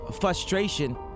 frustration